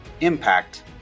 impact